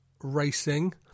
racing